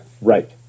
Right